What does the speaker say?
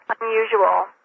unusual